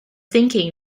thinking